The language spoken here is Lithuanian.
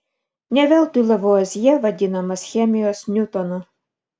ne veltui lavuazjė vadinamas chemijos niutonu